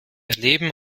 erleben